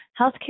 Healthcare